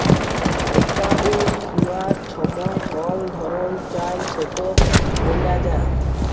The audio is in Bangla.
একাউল্ট খুলার ছময় কল ধরল চায় সেট ব্যলা যায়